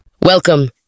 Welcome